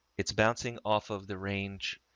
it's bouncing off of the range,